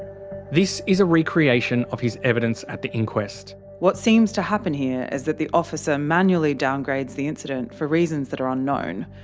this is a recreation of his evidence at the inquest. what seems to happen here is that the ah manually downgrades the incident for reasons that are unknown,